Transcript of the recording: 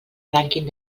rànquing